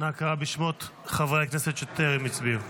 אנא קרא בשמות חברי הכנסת שטרם הצביעו.